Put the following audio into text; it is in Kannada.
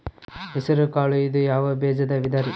ಹೆಸರುಕಾಳು ಇದು ಯಾವ ಬೇಜದ ವಿಧರಿ?